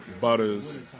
butters